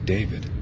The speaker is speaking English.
David